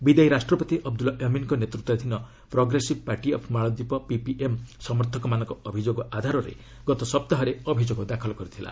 ବିଦାୟୀ ରାଷ୍ଟ୍ରପତି ଅବଦୁଲ୍ଲା ୟାମିନ୍ଙ୍କ ନେତୃତ୍ୱାଧୀନ progressive party of Maldives PPM ସମର୍ଥକମାନଙ୍କ ଅଭିଯୋଗ ଆଧାରରେ ଗତ ସପ୍ତାହରେ ଅଭିଯୋଗ ଦାଖଲ କରିଥିଲା